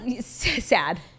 Sad